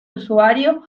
usuario